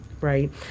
right